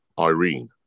Irene